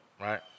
right